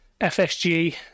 FSG